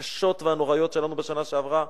הקשות והנוראיות שלנו בשנה שעברה,